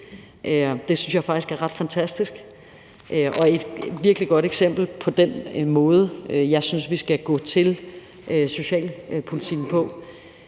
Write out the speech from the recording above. Det synes jeg faktisk er ret fantastisk og et virkelig godt eksempel på den måde, jeg synes vi skal gå til socialpolitikken på.